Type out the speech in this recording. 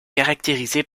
caractérisées